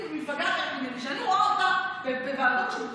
כשאני רואה אותה בוועדות,